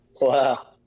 Wow